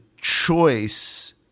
choice